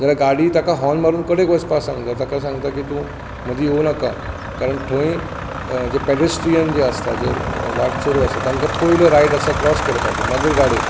जाल्यार गाडी ताका हॉर्न मारून कडेक वचपाक सांगता ताका सांगता की तूं मदीं येवं नाका कारण थंय जे पेडेस्ट्रीयन जे आसता जे वाटसरू आसता तांका पयलो रायट आसा क्रोस करपाचो मागीर गाडी